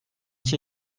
iki